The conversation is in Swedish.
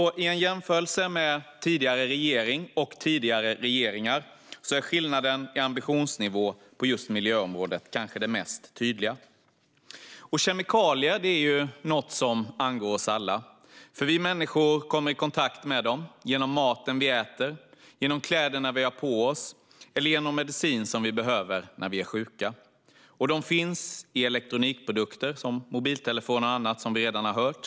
I en jämförelse med tidigare regeringar är skillnaden i ambitionsnivå på just miljöområdet kanske den mest tydliga. Kemikalier är något som angår oss alla. Vi människor kommer nämligen i kontakt med dem genom maten vi äter, genom kläderna vi har på oss och genom medicin som vi behöver när vi är sjuka. De finns i elektronikprodukter, till exempel mobiltelefoner och annat, som vi redan har hört.